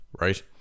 right